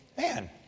Man